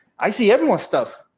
i see everyone's stuff,